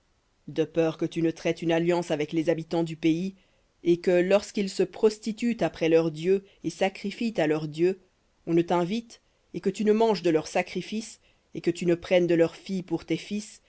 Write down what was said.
de peur que tu ne traites une alliance avec les habitants du pays et que lorsqu'ils se prostituent après leurs dieux et sacrifient à leurs dieux on ne t'invite et que tu ne manges de leur sacrifice et que tu ne prennes de leurs filles pour tes fils